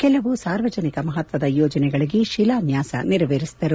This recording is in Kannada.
ಕೆಲವು ಸಾರ್ವಜನಿಕ ಮಹತ್ವದ ಯೋಜನೆಗಳಿಗೆ ಶಿಲಾನ್ವಾಸ ನೆರವೇರಿಸಿದರು